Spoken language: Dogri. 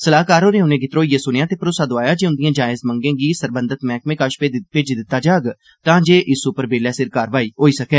सलाहकार होरें उनेंगी धरौइये सुनेआ ते भरोसा दोआया जे उन्दिएं जायज़ मंगें गी सरबंधत मैहकमे कष भेज्जी दित्ता जाग तां जे इस उप्पर बेल्ले सिर कारवाई होई सकै